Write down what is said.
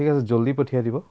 ঠিক আছে জল্দি পঠিয়াই দিব